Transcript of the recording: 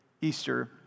Easter